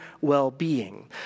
well-being